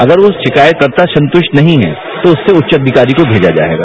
अगर वह शिकायतकर्ता संतुष्ट नहीं है तो उससे उच्च अधिकारी को भेजा जायेगा